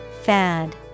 Fad